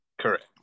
correct